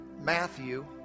Matthew